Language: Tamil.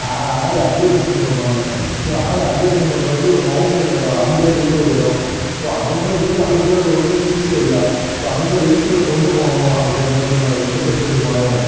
ஆட் அட்வடைசிங் பண்ணுவாங்கள் ஸோ ஆட் அட்வடைசிங் பண்ணுறது வந்து ஒரு மவுண்டைன் இடம் அந்தேரின்னு ஒரு இடம் ஸோ அங்கே போய் அங்கேவந்து ஹீல்ஸ் ஏரியா ஸோ அங்கே வெஹிக்களை கொண்டுபோகணும் அப்படிங்க மாதிரி சொன்னாங்கள் இன்டர்செப்ட்டர் ஹிமாலையானால்